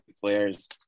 players